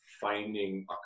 finding